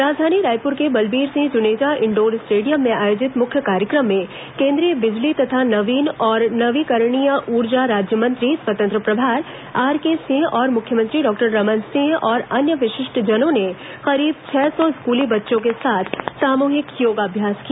राजधानी रायपुर के Balbir Singh Juneja indoor stadium में आयोजित मुख्य कार्यक्रम में केन्द्रीय बिजली तथा नवीन और नवीकरणीय ऊर्जा राज्य मंत्री स्वतंत्र प्रभार आरकेसिंह और मुख्यमंत्री डॉक्टर रमन सिंह और अन्य विशिष्टजनों ने करीब छह सौ स्कूली बच्चों के साथ सामूहिक योगाभ्यास किया